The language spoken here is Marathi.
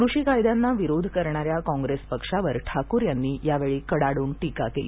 कृषी कायद्यांना विरोध करणाऱ्या काँग्रेस पक्षावर ठाकूर यांनी यावेळी कडाडून टीका केली